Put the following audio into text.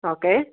okay